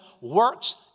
works